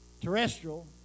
terrestrial